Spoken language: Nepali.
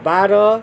बाह्र